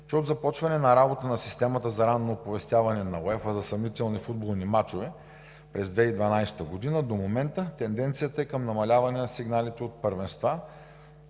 че от започване на работата на Системата за ранно оповестяване на УЕФА на съмнителни футболни мачове през 2012 г. до момента тенденцията е към намаляване на сигналите от първенства,